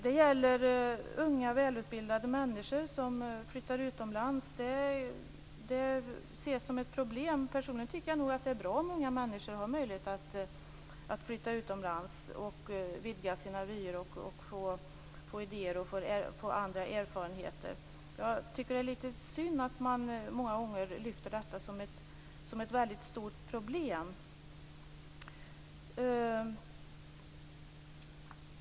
Den gäller unga välutbildade människor som flyttar utomlands. Det ses som ett problem. Personligen tycker jag nog att det är bra om många människor har möjlighet att flytta utomlands och vidga sina vyer och få idéer och erfarenheter. Jag tycker att det är lite synd att man många gånger tycker att detta är ett väldigt stort problem.